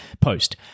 post